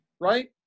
right